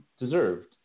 deserved